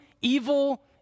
evil